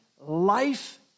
life